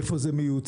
איפה זה מיוצר,